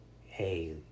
hey